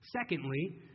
Secondly